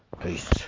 Peace